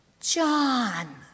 John